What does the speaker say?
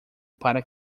para